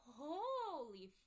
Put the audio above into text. holy